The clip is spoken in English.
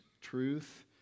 truth